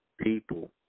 people